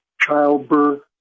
childbirth